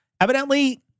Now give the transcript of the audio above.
Evidently